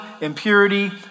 impurity